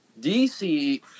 DC